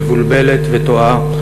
מבולבלת וטועה,